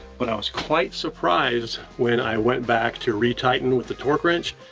but i was quite surprised when i went back to re-tighten with the torque wrench,